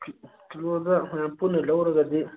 ꯀꯤꯂꯣꯗ ꯄꯨꯟꯅ ꯂꯧꯔꯒꯗꯤ